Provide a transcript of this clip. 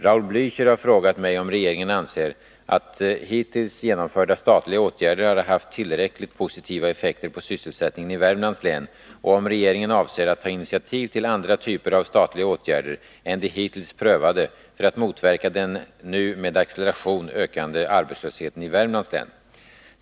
Raul Blächer har frågat mig om regeringen anser att hittills genomförda statliga åtgärder har haft tillräckligt positiva effekter på sysselsättningen i Värmlands län och om regeringen avser att ta initiativ till andra typer av statliga åtgärder än de hittills prövade för att motverka den nu med acceleration ökande arbetslösheten i Värmlands län.